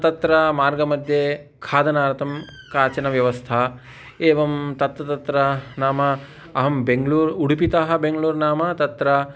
तत्र मार्गमध्ये खादनार्थं काचन व्यवस्था एवं तत्र तत्र नाम अहं बेङ्गळुर् उदुपितः बेङ्गळूर् नाम तत्र